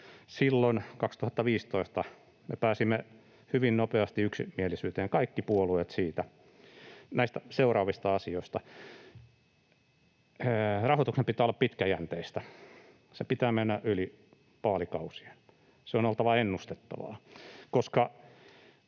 silloin 2015 me pääsimme hyvin nopeasti yksimielisyyteen, kaikki puolueet, näistä seuraavista asioista: Rahoituksen pitää olla pitkäjänteistä. Sen pitää mennä yli vaalikausien. Sen on oltava ennustettavaa,